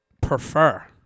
prefer